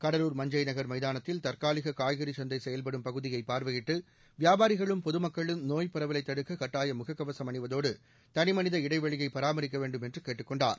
கடலூர் மஞ்சைநகர் மைதானத்தில் தற்காலிக காய்கறிச் சந்தை செயல்படும் பகுதியை பார்வையிட்டு வியாபாரிகளும் பொதுமக்களும் நோய்ப் பரவலை தடுக்க கட்டாயம் முகக்கவசம் அணிவதோடு தனிமனித இடைவெளியை பராமரிக்க வேண்டும் என்று கேட்டுக் கொண்டார்